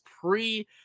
pre